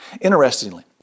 Interestingly